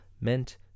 meant